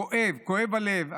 כואב, כואב הלב.